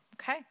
Okay